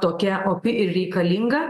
tokia opi ir reikalinga